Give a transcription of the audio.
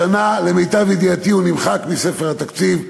השנה, למיטב ידיעתי, הוא נמחק מספר התקציב,